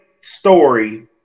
story